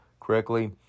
correctly